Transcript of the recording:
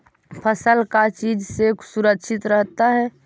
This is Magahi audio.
फसल का चीज से सुरक्षित रहता है?